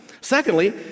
Secondly